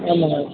ஆமாங்க